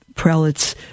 prelates